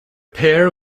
pair